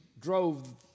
Drove